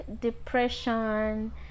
depression